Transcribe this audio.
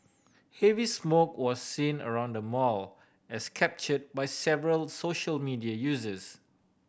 heavy smoke was seen around the mall as captured by several social media users